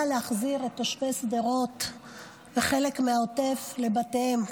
להחזיר את תושבי שדרות וחלק מהעוטף לבתיהם.